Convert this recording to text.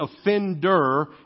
offender